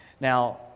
Now